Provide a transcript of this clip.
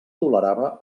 tolerava